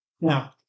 Now